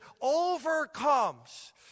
overcomes